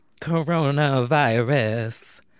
coronavirus